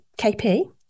KP